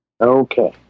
Okay